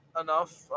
enough